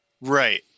Right